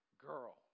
girl